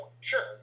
Sure